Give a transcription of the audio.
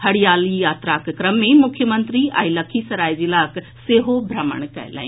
हरियाली यात्राक क्रम मे मुख्यमंत्री आई लखीसराय जिलाक सेहो भ्रमण कयलनि